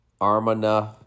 Armana